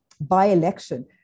by-election